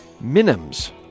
Minims